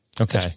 Okay